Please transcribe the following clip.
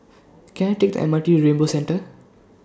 Can I Take The M R T Rainbow Centre